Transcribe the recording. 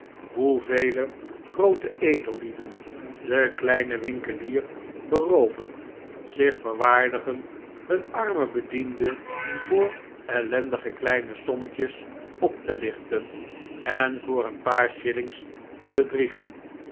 hoevele groote edellieden den kleinen winkelier berooven zich verwaardigen hun arme bedienden voor ellendige kleine sommetjes op te lichten en voor een paar shillings te bedriegen